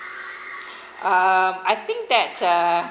uh I think that's a